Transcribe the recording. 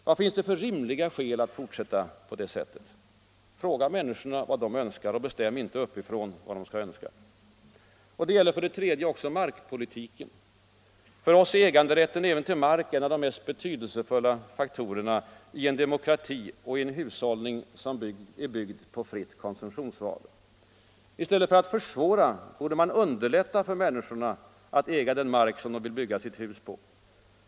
Vad finns det för rimliga skäl att fortsätta på det här sättet? Fråga människorna vad de önskar! Bestäm inte uppifrån vad de skall önska! 3. Det gäller också markpolitiken. För oss är äganderätten även till mark en av de mest betydelsefulla faktorerna i en demokrati och i en hushållning byggd på fritt konsumtionsval. I stället för att försvåra borde man underlätta för människor att äga den mark som de vill bygga sitt hus på.